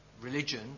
religion